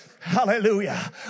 Hallelujah